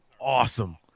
awesome